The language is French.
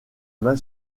main